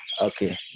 okay